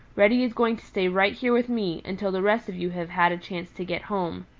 reddy is going to stay right here with me, until the rest of you have had a chance to get home.